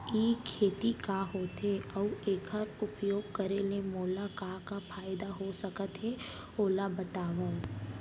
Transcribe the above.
ई खेती का होथे, अऊ एखर उपयोग करे ले मोला का का फायदा हो सकत हे ओला बतावव?